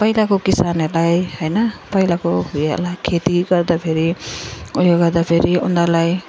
पहिलाको किसानहरूलाई होइन पहिलाको उयोहरूलाई खेती गर्दाफेरि उयो गर्दाफेरि उनीहरूलाई